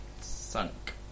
sunk